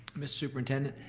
mr. superintendent?